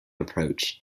approach